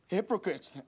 hypocrites